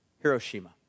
Hiroshima